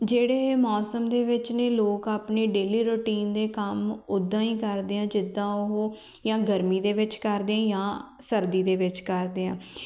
ਜਿਹੜੇ ਮੌਸਮ ਦੇ ਵਿੱਚ ਨੇ ਲੋਕ ਆਪਣੇ ਡੇਲੀ ਰੂਟੀਨ ਦੇ ਕੰਮ ਉੱਦਾਂ ਹੀ ਕਰਦੇ ਆ ਜਿੱਦਾਂ ਉਹ ਜਾਂ ਗਰਮੀ ਦੇ ਵਿੱਚ ਕਰਦੇ ਜਾਂ ਸਰਦੀ ਦੇ ਵਿੱਚ ਕਰਦੇ ਆ